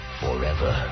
forever